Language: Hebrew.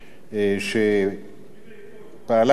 שפעלה אתנו לתיקון החוק,